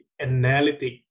analytic